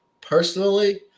personally